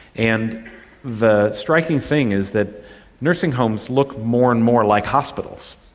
and the striking thing is that nursing homes look more and more like hospitals.